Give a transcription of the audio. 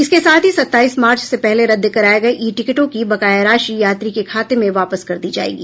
इसके साथ ही सत्ताईस मार्च से पहले रद्द कराए गए ई टिकटों की बकाया राशि यात्री के खाते में वापस कर दी जाएगी